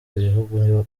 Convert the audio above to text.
ibihugu